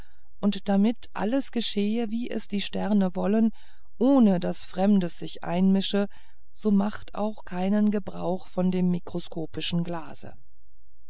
und damit alles geschehe wie es die sterne wollen ohne daß fremdes sich einmische so macht auch keinen gebrauch von dem mikroskopischen glase